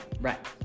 right